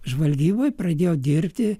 žvalgyboj pradėjo dirbti